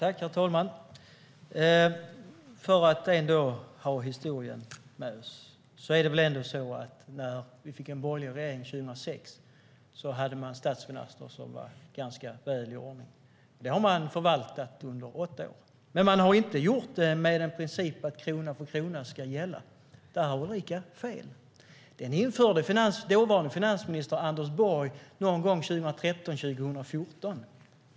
Herr talman! För att ha historien med oss: Det är väl ändå så att när vi fick en borgerlig regering 2006 hade man statsfinanser som var ganska väl i ordning. Det har man förvaltat under åtta år. Men man har inte gjort det med principen att krona för krona ska gälla; där har Ulrika fel. Den principen införde dåvarande finansministern Anders Borg någon gång 2013-2014.